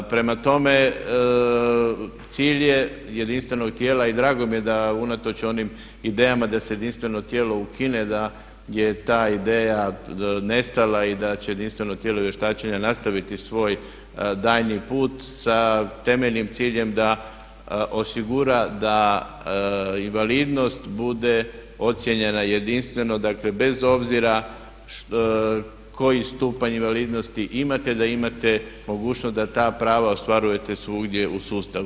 Prema tome, cilj je jedinstvenog tijela i drago mi je da unatoč onim idejama da se jedinstveno tijelo ukine da je ta ideja nestala i da će jedinstveno tijelo vještačenja nastaviti svoj daljnji put sa temeljnim ciljem da osigura da invalidnost bude ocjenjena jedinstveno, dakle bez obzira koji stupanj invalidnosti imate da imate mogućnost da ta prava ostvarujete svugdje u sustavu.